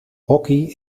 hockey